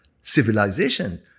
civilization